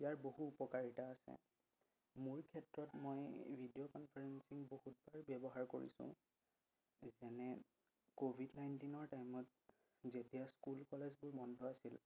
ইয়াৰ বহু উপকাৰিতা আছে মোৰ ক্ষেত্ৰত মই ভিডিঅ' কনফাৰেঞ্চিং বহুতবাৰ ব্যৱহাৰ কৰিছোঁ যেনে ক'ভিড নাইণ্টিনৰ টাইমত যেতিয়া স্কুল কলেজবোৰ বন্ধ আছিল